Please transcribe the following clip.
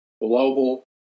global